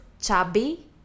chubby